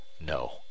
No